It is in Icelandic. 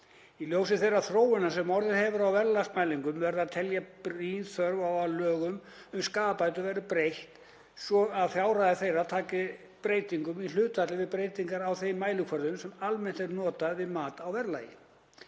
Í ljósi þeirrar þróunar sem orðið hefur í verðlagsmælingum verður að teljast brýn þörf á að lögum um skaðabætur verði breytt svo að fjárhæðir þeirra taki breytingum í hlutfalli við breytingar á þeim mælikvörðum sem almennt eru notaðir við mat á verðlagi.